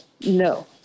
no